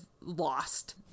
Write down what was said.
lost